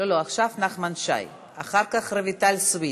לא, לא, עכשיו נחמן שי, ואחר כך רויטל סויד.